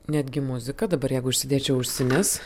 netgi muzika dabar jeigu užsidėčiau ausines